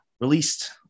released